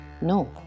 No